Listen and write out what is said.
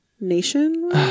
Nation